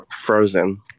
Frozen